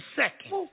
second